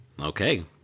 okay